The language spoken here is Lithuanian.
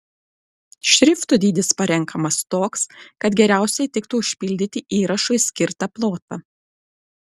šrifto dydis parenkamas toks kad geriausiai tiktų užpildyti įrašui skirtą plotą